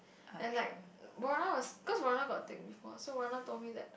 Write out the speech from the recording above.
and like Wara was because Wara got take before so Wara told me that